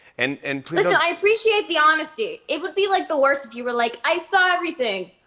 and and listen, i appreciate the honesty. it would be like the worst if you were like, i saw everything!